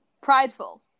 Prideful